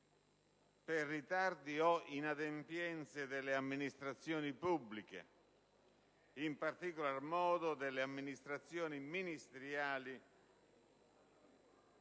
da ritardi o inadempienze delle amministrazioni pubbliche, in particolar modo delle amministrazioni ministeriali